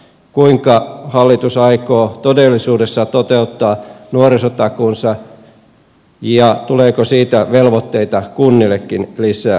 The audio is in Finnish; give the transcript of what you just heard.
kuinka hallitus aikoo todellisuudessa toteuttaa nuorisotakuunsa ja tuleeko siitä velvoitteita kunnillekin lisää